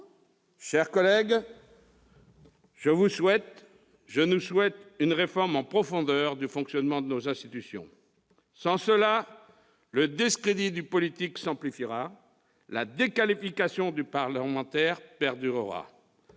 chers collègues, je vous souhaite, je nous souhaite une réforme en profondeur du fonctionnement de nos institutions. Sans cela, le discrédit du politique s'amplifiera, la déqualification du parlementaire perdurera.